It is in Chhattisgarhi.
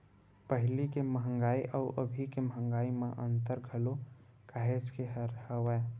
पहिली के मंहगाई अउ अभी के मंहगाई म अंतर घलो काहेच के हवय